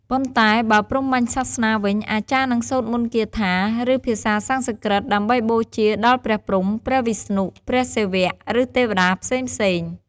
ប៉ុន្តែបើព្រហ្មញ្ញសាសនាវិញ អាចារ្យនឹងសូត្រមន្តគាថា ឬភាសាសំស្ក្រឹត ដើម្បីបូជាដល់ព្រះព្រហ្ម ព្រះវិស្ណុ ព្រះសិវៈ ឬទេវតាផ្សេងៗ។